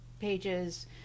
pages